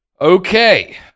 Okay